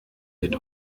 mit